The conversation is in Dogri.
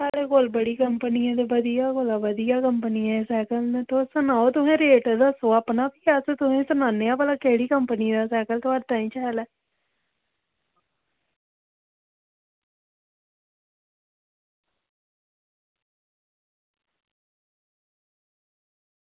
साढ़े कोल बधिया कोला बधिया कंपनी दे सैकल तुस सनाओ तुस रेट दस्सो अपना ते अस सनाने आं केह्ड़ी कंपनी दा सैकल थुआढ़े ताहीं शैल ऐ